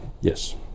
Yes